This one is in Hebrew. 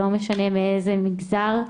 לא משנה מאיזה מגזר,